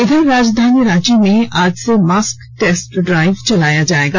इधर राजधानी रांची में आज से मास्क टेस्ट इाइव चलाया जायेगा